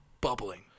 bubbling